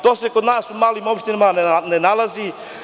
To se kod nas u malim opštinama ne nalazi.